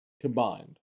combined